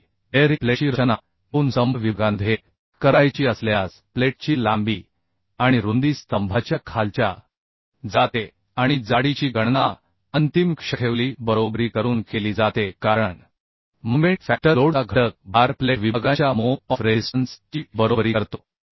तथापि बेअरिंग प्लेटची रचना दोन स्तंभ विभागांमध्ये करायची असल्यास प्लेटची लांबी आणि रुंदी स्तंभाच्या खालच्या मजल्याच्या आकाराच्या बरोबरीने ठेवली जाते आणि जाडीची गणना अंतिम क्षणाची बरोबरी करून केली जाते कारण मोमेंट फॅक्टर लोडचा घटक भार प्लेट विभागांच्या मोम ऑफ रेझिस्टन्स ची बरोबरी करतो